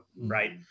right